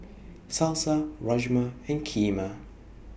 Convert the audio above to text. Salsa Rajma and Kheema